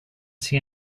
see